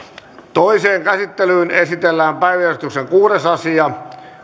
toiseen käsittelyyn esitellään päiväjärjestyksen kuudes asia